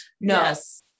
Yes